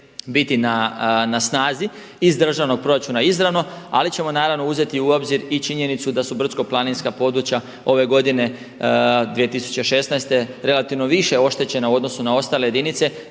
biti na snazi iz državnog proračuna izravno, ali ćemo uzeti u obzir i činjenicu da su brdsko-planinska područja ove godine 2016. relativno više oštećena u odnosu na ostale jedinice,